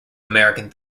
american